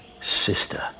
sister